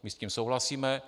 My s tím souhlasíme.